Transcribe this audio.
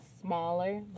smaller